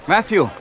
Matthew